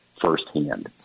firsthand